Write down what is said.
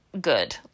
good